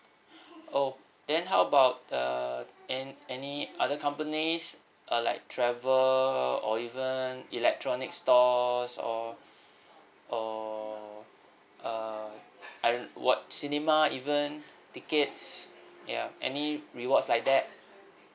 oh then how about uh any any other companies uh like travel or even electronic stores or or uh and what cinema even tickets ya any rewards like that